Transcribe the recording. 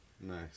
Nice